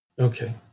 Okay